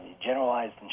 generalized